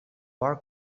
war